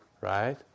right